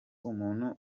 umuntu